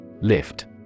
Lift